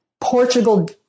Portugal